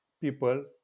people